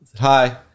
Hi